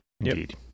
Indeed